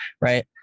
right